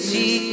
See